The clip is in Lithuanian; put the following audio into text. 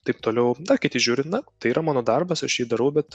taip toliau kiti žiūri na tai yra mano darbas aš jį darau bet